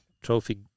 trophy